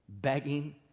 begging